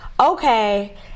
okay